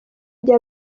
gihe